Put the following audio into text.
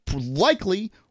likely